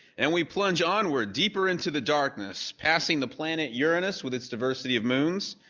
and we plunge onward deeper into the darkness, passing the planet uranus with its diversity of moons,